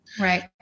Right